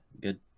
good